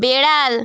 বিড়াল